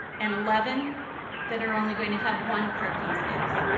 and eleven that are only going to have one parking space.